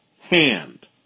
hand